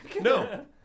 No